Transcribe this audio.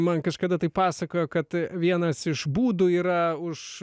man kažkada taip pasakojo kad vienas iš būdų yra už